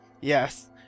yes